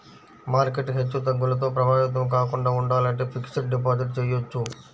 market హెచ్చుతగ్గులతో ప్రభావితం కాకుండా ఉండాలంటే ఫిక్స్డ్ డిపాజిట్ చెయ్యొచ్చు